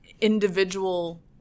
individual